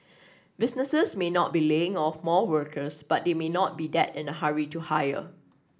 businesses may not be laying off more workers but they may not be that in a hurry to hire